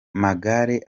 magare